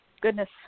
goodness